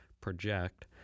project